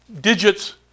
Digits